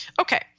Okay